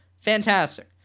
Fantastic